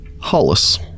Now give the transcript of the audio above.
Hollis